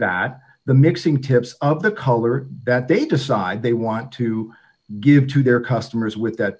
that the mixing tips up the color that they decide they want to give to their customers with that